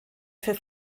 für